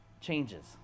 changes